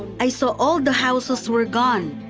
i saw all the houses were gone.